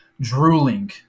drooling